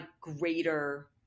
greater